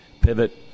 pivot